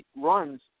runs